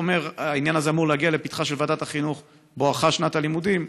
העניין הזה אמור להגיע לפתחה של ועדת החינוך בואכה שנת הלימודים,